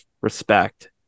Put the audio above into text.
respect